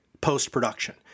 post-production